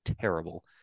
terrible